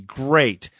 great